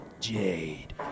Jade